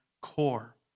core